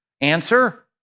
Answer